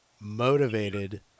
motivated